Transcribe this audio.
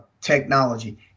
technology